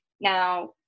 Now